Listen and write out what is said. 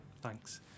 Thanks